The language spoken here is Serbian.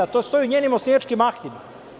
To stoji u njenim osnivačkim aktima.